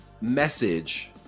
message